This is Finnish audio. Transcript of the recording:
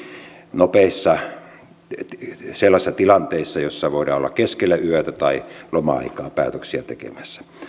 nopeissa tilanteissa joissa voidaan olla keskellä yötä tai loma aikaan päätöksiä tekemässä